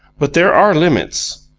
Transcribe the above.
but there are limits.